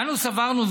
אנו סברנו,